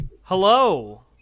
hello